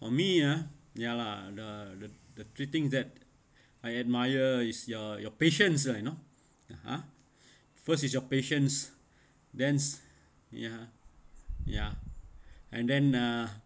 for me ah ya lah the the three things that I admire is your your patience ah you know ah first is your patience thens ya ya and then uh